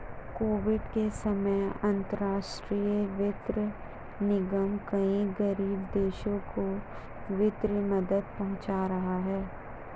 Kuwait के समय अंतरराष्ट्रीय वित्त निगम कई गरीब देशों को वित्तीय मदद पहुंचा रहा है